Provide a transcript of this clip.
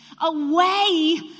away